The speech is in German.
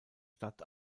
stadt